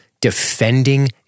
defending